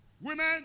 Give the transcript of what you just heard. Women